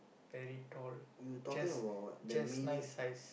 very tall just just nice size